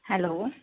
hello